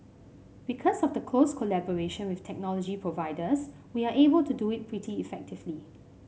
because of the close collaboration with technology providers we are able to do it pretty effectively